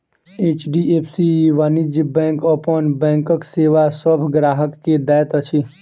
HDFC वाणिज्य bank अपन बैंकक सेवा सभ ग्राहक के दैत अछि